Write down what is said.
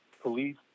police